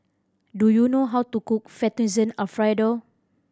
do you know how to cook Fettuccine Alfredo